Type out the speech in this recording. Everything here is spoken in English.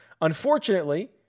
Unfortunately